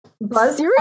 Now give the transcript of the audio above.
Buzz